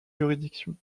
juridiction